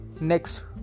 Next